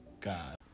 God